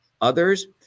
others